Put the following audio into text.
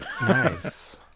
Nice